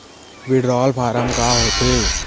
withdrawal form का होथेय